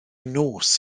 nos